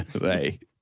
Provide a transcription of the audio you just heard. right